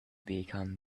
become